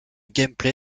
gameplay